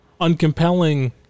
uncompelling